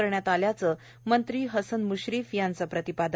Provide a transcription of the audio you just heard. करण्यात आल्याचं मंत्री हसन मुश्रीफ यांचं प्रतिपादन